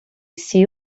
see